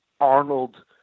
Arnold